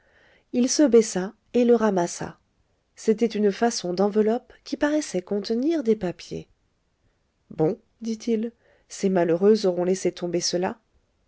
il se baissa et le ramassa c'était une façon d'enveloppe qui paraissait contenir des papiers bon dit-il ces malheureuses auront laissé tomber cela